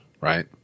right